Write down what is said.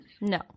No